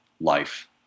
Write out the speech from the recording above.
life